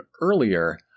earlier